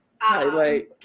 highlight